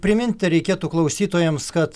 priminti reikėtų klausytojams kad